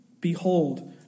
Behold